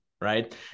right